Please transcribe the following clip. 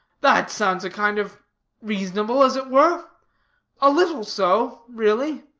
that sounds a kind of reasonable, as it were a little so, really.